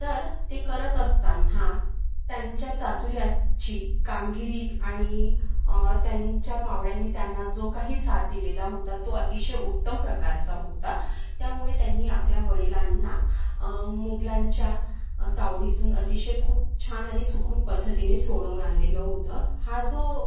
तर ते करत असताना त्यांच्या चातुर्याची कामगिरी आणि त्यांच्या मावळ्यांनी त्यांना जो काही साथ दिलेला होता तो अतिशय उत्तम प्रकारचा होता त्यामुळे त्यांनी आपल्या वडिलांना मुघलांच्या तावडीतून अतिशय खूप छान आणि सुखरूप पद्धतीने सोडवून आणलेलं होतं हा जो